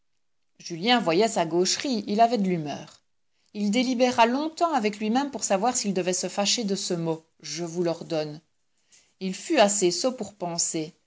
julien voyait sa gaucherie il avait de l'humeur il délibéra longtemps avec lui-même pour savoir s'il devait se fâcher de ce mot je vous l'ordonne il fut assez sot pour penser